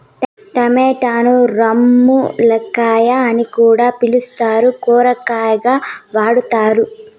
టమోటాను రామ్ములక్కాయ అని కూడా పిలుత్తారు, కూరగాయగా వాడతారు